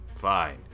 fine